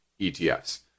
ETFs